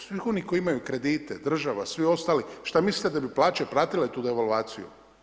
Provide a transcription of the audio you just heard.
Svi oni koji imaju kredite, država, svi ostali, šta mislite da bi plaće pratile tu devalvaciju?